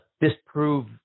disprove